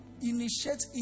initiate